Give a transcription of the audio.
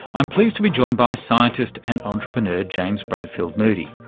i'm pleased to be joined by scientist and entrepreneur james bradfield moody.